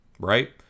Right